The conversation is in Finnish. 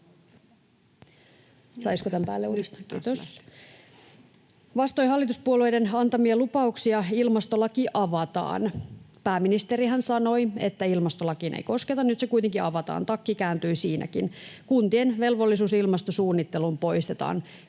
Vastoin hallituspuolueiden antamia lupauksia ilmastolaki avataan. Pääministerihän sanoi, että ilmastolakiin ei kosketa, nyt se kuitenkin avataan — takki kääntyi siinäkin. Kuntien velvollisuus ilmastosuunnitteluun poistetaan: